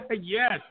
Yes